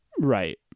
Right